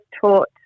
taught